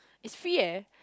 it's free eh